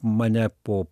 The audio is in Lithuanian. mane po